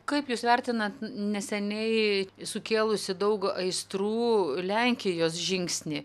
kaip jūs vertinat neseniai sukėlusį daug aistrų lenkijos žingsnį